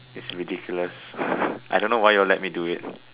it's ridiculous I don't know why you all let me do it